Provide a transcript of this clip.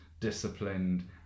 Disciplined